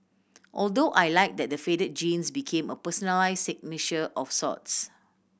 although I liked that the faded jeans became a personalise signature of sorts